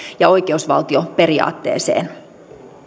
ja oikeusvaltioperiaatteeseen